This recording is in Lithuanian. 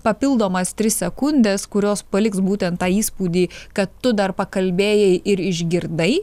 papildomas tris sekundes kurios paliks būtent tą įspūdį kad tu dar pakalbėjai ir išgirdai